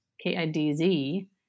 K-I-D-Z